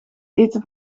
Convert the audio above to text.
eten